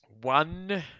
one